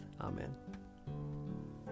Amen